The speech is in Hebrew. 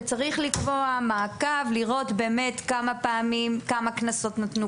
צריך לקבוע מעקב ולראות כמה קנסות נתנו.